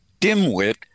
dimwit